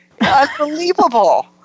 unbelievable